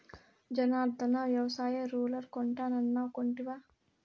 జనార్ధన, వ్యవసాయ రూలర్ కొంటానన్నావ్ కొంటివా